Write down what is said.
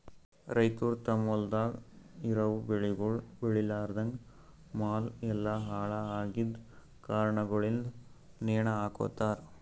ರೈತುರ್ ತಮ್ ಹೊಲ್ದಾಗ್ ಇರವು ಬೆಳಿಗೊಳ್ ಬೇಳಿಲಾರ್ದಾಗ್ ಮಾಲ್ ಎಲ್ಲಾ ಹಾಳ ಆಗಿದ್ ಕಾರಣಗೊಳಿಂದ್ ನೇಣ ಹಕೋತಾರ್